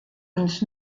uns